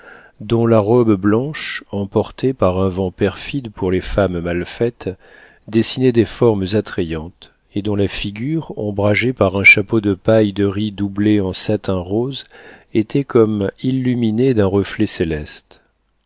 dont la robe blanche emportée par un vent perfide pour les femmes mal faites dessinait des formes attrayantes et dont la figure ombragée par un chapeau de paille de riz doublée en satin rose était comme illuminée d'un reflet céleste